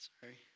sorry